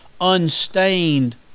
unstained